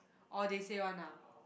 orh they say one ah